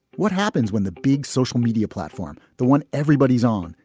what happens when the big social media platform, the one everybody's on,